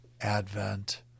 Advent